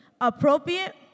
Appropriate